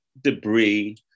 debris